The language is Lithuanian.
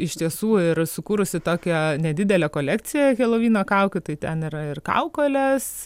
iš tiesų yra sukūrusi tokią nedidelę kolekciją helovino kaukių tai ten yra ir kaukolės